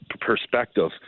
perspective